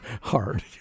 hard